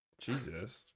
Jesus